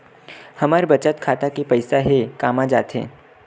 हमर बचत खाता के पईसा हे कामा जाथे?